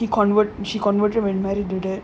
he convert she converted and admitted it